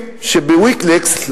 ב"ויקיליקס",